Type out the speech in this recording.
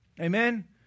amen